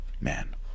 Man